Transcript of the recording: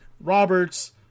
Roberts